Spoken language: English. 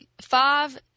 Five